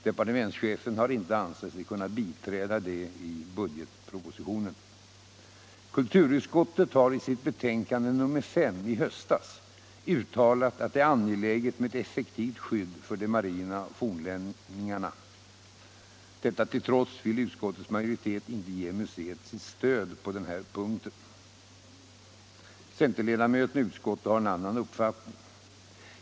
Departementschefen har inte ansett sig kunna biträda detta i budgetpropositionen. Kulturutskottet har i sitt betänkande nr 5 i höstas uttalat, att det är angeläget med ett effektivt skydd för de marina fornlämningarna. Detta till trots vill utskottets majoritet inte ge museet sitt stöd på denna punkt. Centerledamöterna i utskottet har en annan uppfattning.